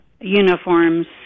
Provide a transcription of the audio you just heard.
uniforms